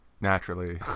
Naturally